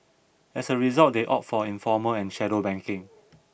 as a result they opted for informal and shadow banking